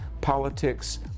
politics